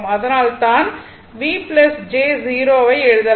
அதனால்தான் V j 0 ஐ எழுதலாம்